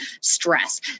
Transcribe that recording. stress